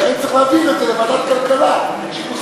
זה לא משנה את תוצאות ההצבעה, זה גם לא